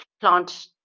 plant